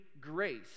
grace